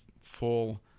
full